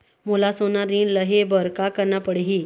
मोला सोना ऋण लहे बर का करना पड़ही?